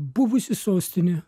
buvusi sostinė